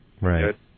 Right